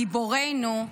גיבורינו,